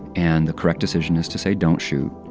and the correct decision is to say, don't shoot.